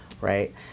right